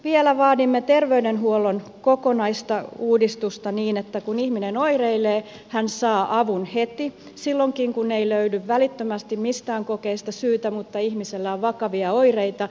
vielä vaadimme terveydenhuollon kokonaisuudistusta niin että kun ihminen oireilee hän saa avun heti silloinkin kun ei löydy välittömästi mistään kokeista syytä mutta ihmisellä on vakavia oireita